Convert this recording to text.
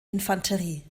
infanterie